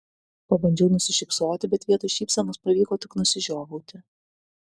pabandžiau nusišypsoti bet vietoj šypsenos pavyko tik nusižiovauti